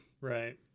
Right